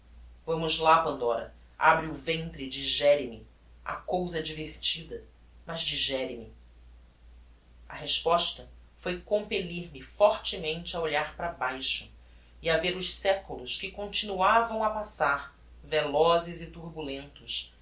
vamos lá pandora abre o ventre e digere me a cousa é divertida mas digere me a resposta foi compellir me fortemente a olhar para baixo e a ver os seculos que continuavam a passar velozes e turbulentos